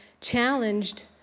challenged